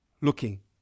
looking